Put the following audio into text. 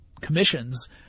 commissions